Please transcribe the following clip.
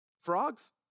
Frogs